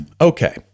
Okay